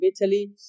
Italy